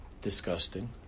disgusting